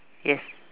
yes